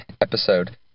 episode